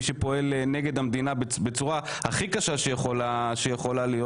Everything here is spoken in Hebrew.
מי שפועל נגד המדינה בצורה הכי קשה שיכולה להיות